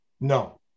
No